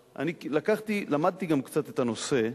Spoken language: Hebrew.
למדתי קצת את הנושא.